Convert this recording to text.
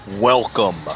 Welcome